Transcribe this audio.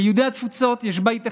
ליהודי התפוצות יש בית אחד,